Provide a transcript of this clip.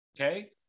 Okay